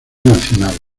nacional